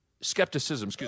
skepticism